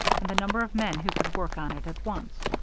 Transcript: and the number of men who could work on it at once.